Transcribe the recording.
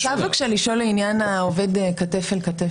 אני רוצה בבקשה לשאול לעניין העובד כתף אל כתף,